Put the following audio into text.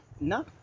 No